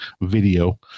video